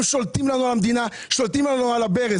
הם שולטים על המדינה, שולטים על הברז.